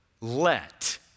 let